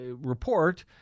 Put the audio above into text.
report